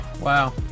wow